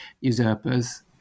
usurpers